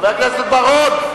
חבר הכנסת בר-און.